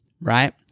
Right